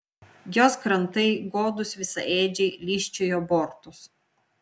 jos krantai godūs visaėdžiai lyžčiojo bortus